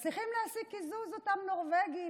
מצליחים להשיג קיזוז אותם נורבגים,